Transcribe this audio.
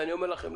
ואני אומר לכם,